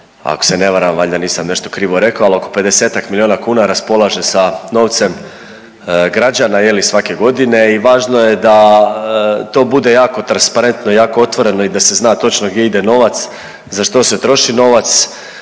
ako se ne varam valjda nisam nešto krivo rekao, ali oko 50-ak miliona kuna raspolaže sa novcem građana je li svake godine i važno je da to bude jako transparentno i jako otvoreno i da se zna točno gdje ide novac, za što se troši novac.